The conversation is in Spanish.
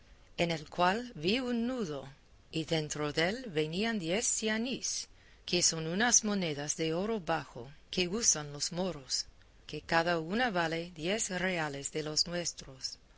en el cual vi un nudo y dentro dél venían diez cianíis que son unas monedas de oro bajo que usan los moros que cada una vale diez reales de los nuestros